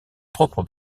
propre